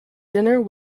dinner